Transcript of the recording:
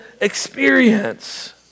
experience